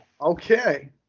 Okay